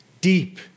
deep